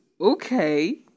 Okay